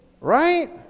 right